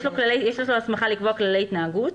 יש לו ההסמכה לקבוע כללי התנהגות,